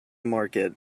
market